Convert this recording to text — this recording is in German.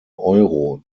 euro